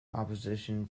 opposition